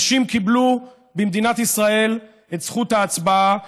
נשים במדינת ישראל קיבלו את זכות ההצבעה,